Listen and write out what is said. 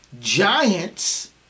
Giants